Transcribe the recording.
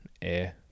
air